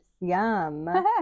Yum